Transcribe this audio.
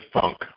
funk